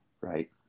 right